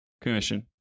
commission